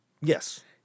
Yes